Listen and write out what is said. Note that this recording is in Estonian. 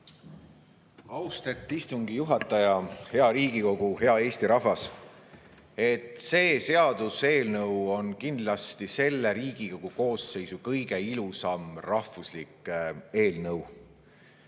Austet istungi juhataja! Hea Riigikogu! Hea Eesti rahvas! See seaduseelnõu on kindlasti selle Riigikogu koosseisu kõige ilusam rahvuslik eelnõu.